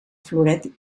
floret